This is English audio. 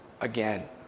again